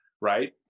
right